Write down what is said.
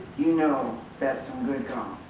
you know that's some good gum.